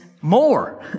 more